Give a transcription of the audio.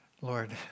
Lord